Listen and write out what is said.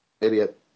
idiot